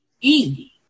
Easy